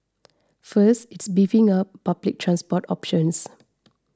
first it is beefing up public transport options